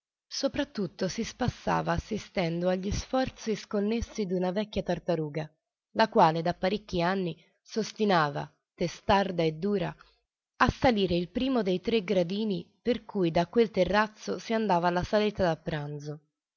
soprattutto si spassava assistendo agli sforzi sconnessi d'una vecchia tartaruga la quale da parecchi anni s'ostinava testarda e dura a salire il primo dei tre gradini per cui da quel terrazzo si andava alla saletta da pranzo